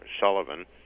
Sullivan